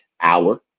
hour